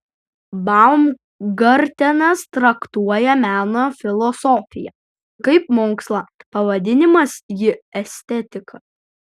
baumgartenas traktuoja meno filosofiją kaip mokslą pavadindamas jį estetika